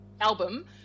album